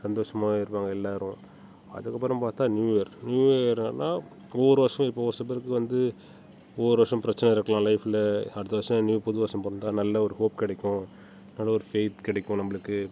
சந்தோஷமாக இருப்பாங்க எல்லாரும் அதுக்கப்பறம் பார்த்தா நியூஇயர் நியூஇயர் என்னான்னா ஒவ்வொரு வர்ஷம் இப்போ ஒரு சில பேருக்கு வந்து ஒவ்வொரு வர்ஷம் பிரச்சனை இருக்கலாம் லைஃப்பில அடுத்த வர்ஷம் நியூ புது வர்ஷம் பிறந்தா நல்ல ஒரு ஹோப் கிடைக்கும் நல்ல ஒரு ஃபெய்த் கிடைக்கும் நம்பளுக்கு